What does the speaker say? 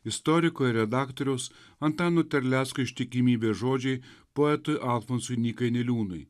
istoriko ir redaktoriaus antano terlecko ištikimybės žodžiai poetui alfonsui nykai niliūnui